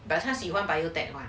but 他喜欢 biotech mah